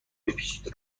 بپیچید